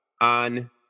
on